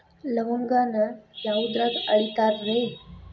ಲವಂಗಾನ ಯಾವುದ್ರಾಗ ಅಳಿತಾರ್ ರೇ?